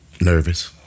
Nervous